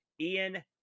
Ian